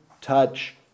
touch